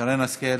שרן השכל.